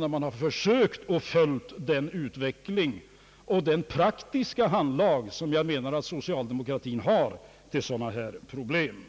Den som har försökt följa utvecklingen kan konstatera det praktiska handlag som jag anser att socialdemokratin har till sådana här problem.